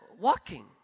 walking